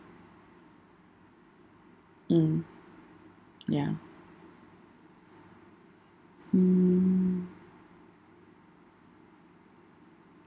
mm ya mm